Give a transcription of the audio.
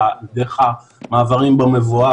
דרך המעברים במבואה,